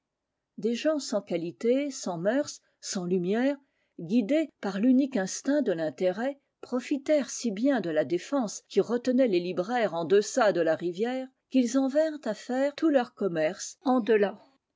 des gens sans qualité sans mœurs sans lumières guidés par l'unique instinct de l'intérêt profitèrent si bien de la défense qui retenait les libraires en deçà de la rivière qu'ils en vinrent à faire tout leur commerce